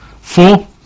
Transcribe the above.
Four